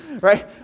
right